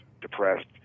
depressed